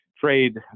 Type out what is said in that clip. trade